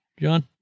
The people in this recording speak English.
John